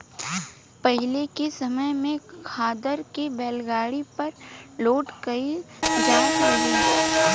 पाहिले के समय में खादर के बैलगाड़ी पर लोड कईल जात रहे